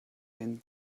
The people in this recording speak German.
den